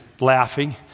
laughing